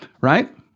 right